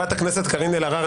חברת הכנסת קארין אלהרר,